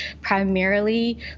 primarily